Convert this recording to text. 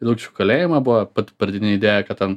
į lučių kalėjimą buvo pradinė idėja kad ten